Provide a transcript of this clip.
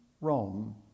Rome